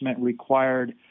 required